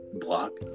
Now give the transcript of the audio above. block